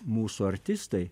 mūsų artistai